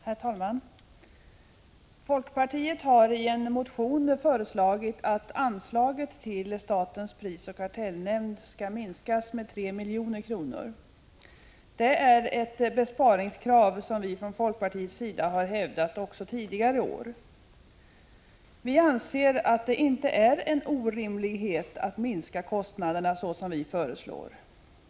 Herr talman! Folkpartiet har i en motion föreslagit att anslaget till statens prisoch kartellnämnd skall minskas med 3 milj.kr. Det är ett besparingskrav som vi har hävdat också tidigare år. Vi anser att det inte är en orimlighet att minska kostnaderna så som vi föreslår.